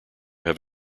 have